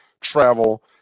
travel